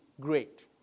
great